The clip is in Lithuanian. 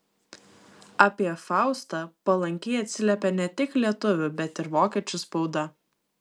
apie faustą palankiai atsiliepė ne tik lietuvių bet ir vokiečių spauda